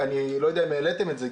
לא יודע אם העליתם את זה,